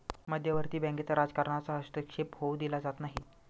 मध्यवर्ती बँकेत राजकारणाचा हस्तक्षेप होऊ दिला जात नाही